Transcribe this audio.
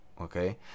okay